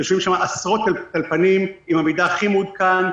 יושבים שם עשרות טלפנים עם המידע הכי מעודכן,